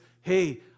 hey